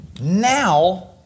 now